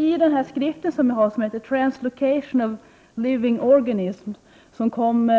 I skriften Translocation of living organisms från